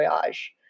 Voyage